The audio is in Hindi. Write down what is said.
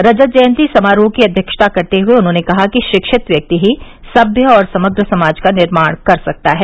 रजत जयन्ती समारोह की अव्यक्षता करते हुए उन्होंने कहा कि रिक्षित व्यक्ति ही सभ्य और समग्र समाज का निर्माण कर सकता है